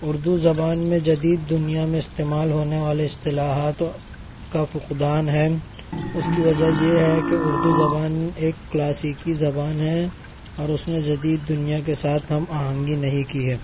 اردو زبان میں جدید دنیا میں استعمال ہونے والے اصطلاحاتوں کا فقدان ہے اس کی وجہ یہ ہے کہ اردو زبان ایک کلاسیکی زبان ہے اور اس میں جدید دنیا کے ساتھ ہم آہنگی نہیں کی ہے